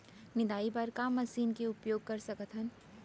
निंदाई बर का मशीन के उपयोग कर सकथन?